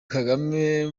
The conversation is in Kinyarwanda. kagame